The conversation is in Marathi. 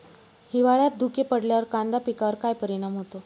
हिवाळ्यात धुके पडल्यावर कांदा पिकावर काय परिणाम होतो?